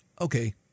okay